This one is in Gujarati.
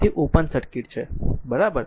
તે ઓપન સર્કિટ છે બરાબર